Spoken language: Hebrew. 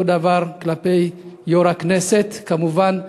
אותו הדבר כלפי יו"ר הכנסת כמובן,